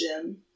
gym